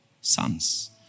Sons